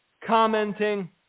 commenting